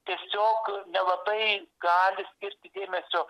tiesiog nelabai gali skirti dėmesio